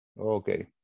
Okay